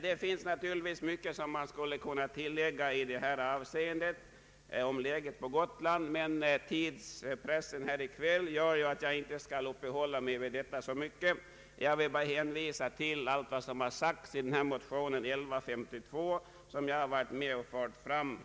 Det finns mycket att tillägga om läget på Gotland, men tidspressen här i kväll gör att jag inte skall uppehålla mig så mycket vid detta. Jag vill hänvisa till vad som står i motion I: 1152 som jag har varit med om att skriva.